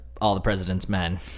all-the-presidents-men